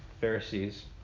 Pharisees